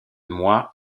moi